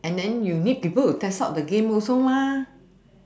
and then you need people to test out the game also